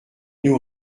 nous